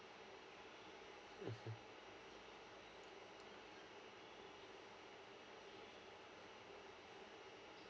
mm